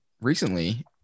recently